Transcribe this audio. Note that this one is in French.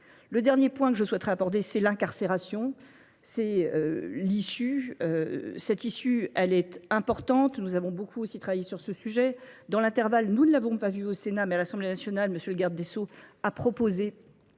Le dernier point que je souhaiterais apporter, c'est l'incarcération. C'est l'issue. Cette issue, elle est importante. Nous avons beaucoup aussi travaillé sur ce sujet. Dans l'intervalle, nous ne l'avons pas vu au Sénat, mais l'Assemblée nationale, M. le garde des Sceaux, a proposé